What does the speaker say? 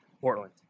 Portland